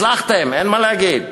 הצלחתם, אין מה להגיד.